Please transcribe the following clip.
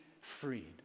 freed